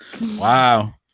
Wow